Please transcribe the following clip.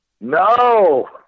No